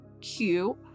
cute